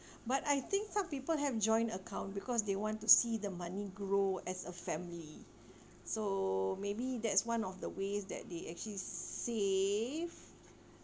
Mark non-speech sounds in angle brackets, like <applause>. <breath> but I think some people have joint account because they want to see the money grow as a family <breath> so maybe that's one of the ways that they actually save